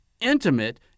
intimate